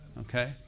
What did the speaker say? Okay